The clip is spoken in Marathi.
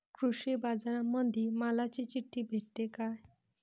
कृषीबाजारामंदी मालाची चिट्ठी भेटते काय?